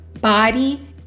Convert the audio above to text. body